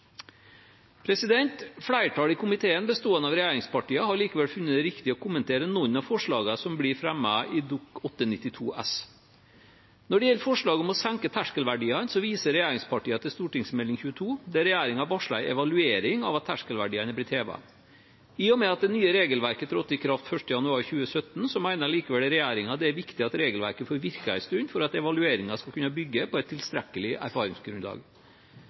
Flertallet i komiteen, bestående av regjeringspartiene, har likevel funnet det riktig å kommentere noen av forslagene som blir fremmet i Dokument 8:92 S. Når det gjelder forslaget om å senke terskelverdiene, viser regjeringspartiene til Meld. St. 22, der regjeringen varsler en evaluering av at terskelverdiene er blitt hevet. I og med at det nye regelverket trådte i kraft den 1. januar 2017, mener regjeringen likevel det er viktig at regelverket får virke en stund, for at evalueringen skal kunne bygge på et tilstrekkelig erfaringsgrunnlag.